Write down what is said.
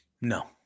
No